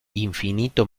infinito